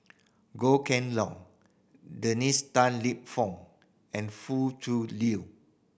Goh Kheng Long Dennis Tan Lip Fong and Foo Tui Liew